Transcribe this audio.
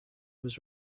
was